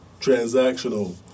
transactional